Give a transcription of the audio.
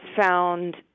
found